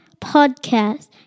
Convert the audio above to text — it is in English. podcast